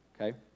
okay